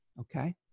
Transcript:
okay